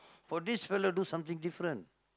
but this fella do something different